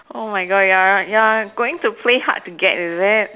oh my God you're you're going to play hard to get is it